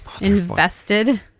Invested